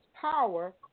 power